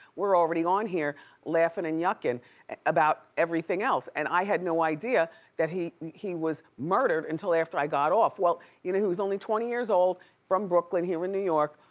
we're already on here laughing and yucking about everything else. and i had no idea that he he was murdered until after i got off. well, you know he was only twenty years old. from brooklyn here in new york.